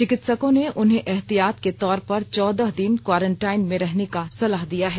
चिकित्सों ने उन्हें एहतियात के तौर पर चौदह दिन क्वारंटाइन में रहने की सलाह दी है